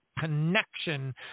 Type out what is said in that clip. connection